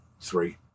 Three